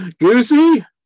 Goosey